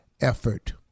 effort